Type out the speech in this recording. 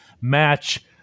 match